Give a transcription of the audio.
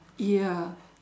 ya